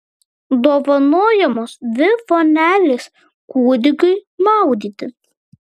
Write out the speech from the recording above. dovanojamos dvi vonelės kūdikiui maudyti